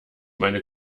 meine